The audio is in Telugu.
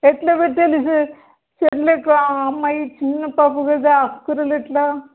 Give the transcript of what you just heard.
ఎట్ల పెట్టలి సెర్లాక్ అమ్మాయి చిన్న పాప కదా అకుకురలు ఎట్లా